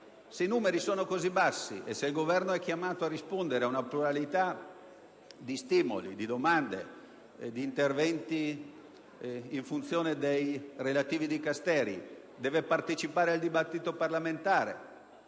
se i numeri sono così bassi e se il Governo è chiamato a rispondere ad una pluralità di stimoli, di domande, di interventi in funzione dei relativi Dicasteri, dovendo Ministri e Sottosegretari